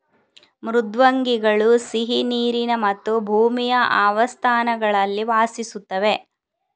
ಮೃದ್ವಂಗಿಗಳು ಸಿಹಿ ನೀರಿನ ಮತ್ತು ಭೂಮಿಯ ಆವಾಸಸ್ಥಾನಗಳಲ್ಲಿ ವಾಸಿಸುತ್ತವೆ